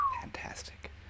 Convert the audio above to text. Fantastic